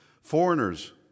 foreigners